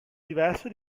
diverso